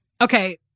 okay